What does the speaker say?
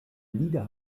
lieder